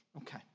Okay